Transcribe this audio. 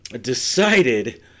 decided